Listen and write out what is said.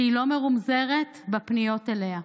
שהיא לא מרומזרת בפניות אליה,